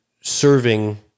serving